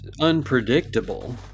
unpredictable